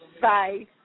Bye